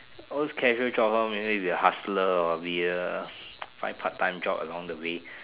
or else casual jobs orh maybe if they're hustler or find part-time jobs along the way